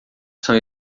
são